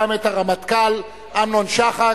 גם את הרמטכ"ל אמנון שחק,